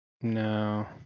No